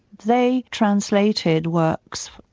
they translated works,